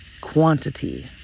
Quantity